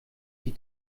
die